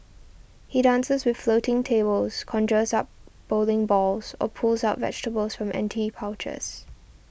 he dances with floating tables conjures up bowling balls or pulls out vegetables from empty pouches